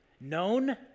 Known